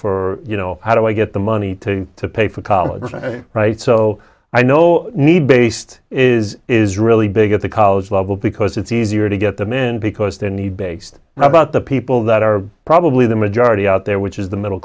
for you know how do i get the money to pay for college right so i know need based is is really big at the college level because it's easier to get the men because they need based about the people that are probably the majority out there which is the middle